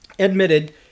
admitted